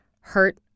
hurt